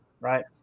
right